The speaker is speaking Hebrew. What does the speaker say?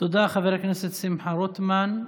תודה, חבר הכנסת שמחה רוטמן.